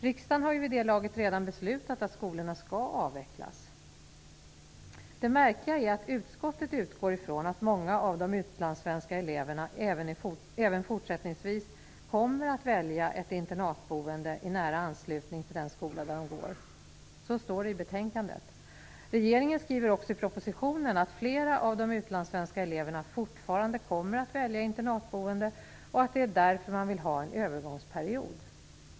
Riksdagen har ju vid det laget redan beslutat att skolorna skall avvecklas. Det märkliga är att utskottet utgår ifrån att många av de utlandssvenska eleverna även fortsättningsvis kommer att välja ett internatboende i nära anslutning till den skola där de går. Så står det i betänkandet. Regeringen skriver också i propositionen att flera av de utlandssvenska eleverna fortfarande kommer att välja internatboende, och att det är därför man vill ha en övergångsperiod.